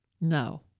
No